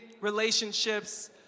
relationships